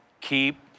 keep